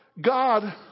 God